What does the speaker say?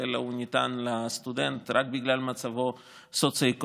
אלא הוא ניתן לסטודנט רק בגלל מצבו הסוציו-אקונומי.